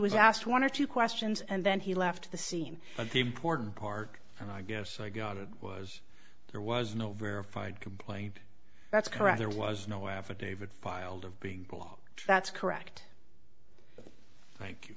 was asked one or two questions and then he left the scene of the important park and i guess i got it was there was no verified complaint that's correct there was no affidavit filed of being wrong that's correct